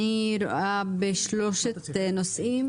אני רואה בשלושת הנושאים,